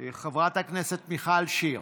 חברת הכנסת מיכל שיר,